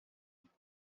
lloc